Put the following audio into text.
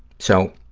so,